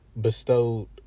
bestowed